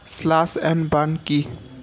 Slash and burn কি?